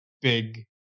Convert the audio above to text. big